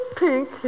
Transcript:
pink